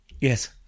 Yes